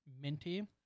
minty